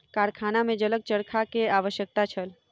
कारखाना में जलक चरखा के आवश्यकता छल